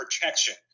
protection